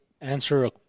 answer